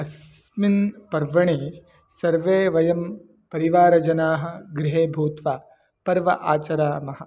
अस्मिन् पर्वणि सर्वे वयं परिवारजनाः गृहे भूत्वा पर्व आचरामः